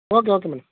okay okay madam